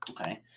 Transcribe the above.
okay